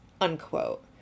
unquote